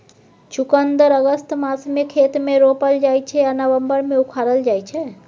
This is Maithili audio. चुकंदर अगस्त मासमे खेत मे रोपल जाइ छै आ नबंबर मे उखारल जाइ छै